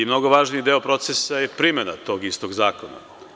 Mnogo važniji deo procesa je primena tog istog zakona.